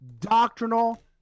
doctrinal